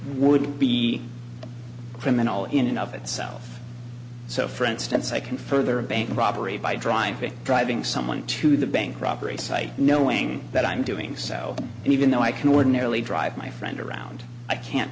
would be criminal in and of itself so for instance i can further a bank robbery by driving driving someone to the bank robbery site knowing that i'm doing so and even though i can ordinarily drive my friend around i can't